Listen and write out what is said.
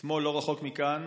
אתמול, לא רחוק מכאן,